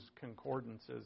concordances